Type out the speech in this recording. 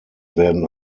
werden